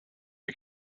you